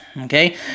okay